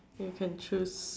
you can choose